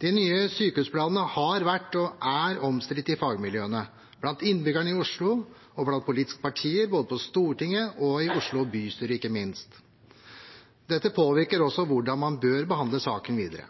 De nye sykehusplanene har vært og er omstridt i fagmiljøene, blant innbyggerne i Oslo og blant politiske partier både på Stortinget og i Oslo bystyre, ikke minst. Det påvirker også hvordan man bør behandle saken videre.